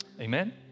Amen